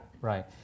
Right